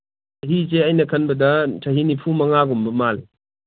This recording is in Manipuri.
ꯆꯍꯤꯁꯦ ꯑꯩꯅ ꯈꯟꯕꯗ ꯆꯍꯤ ꯅꯤꯐꯨꯃꯉꯥꯒꯨꯝꯕ ꯃꯥꯜꯂꯤ